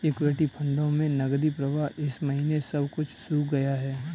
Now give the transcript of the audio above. equity फंडों में नकदी प्रवाह इस महीने सब कुछ सूख गया है